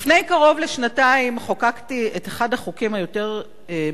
לפני קרוב לשנתיים חוקקתי את אחד החוקים היותר-מגוחכים,